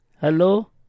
Hello